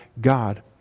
God